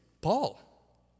Paul